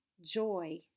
joy